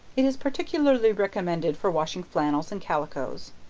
it is particularly recommended for washing flannels, and calicoes.